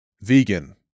Vegan